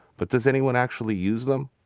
but does anyone actually use them?